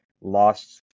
lost